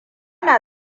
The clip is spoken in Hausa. na